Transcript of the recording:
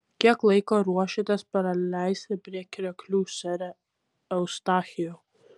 kiek laiko ruošiatės praleisti prie krioklių sere eustachijau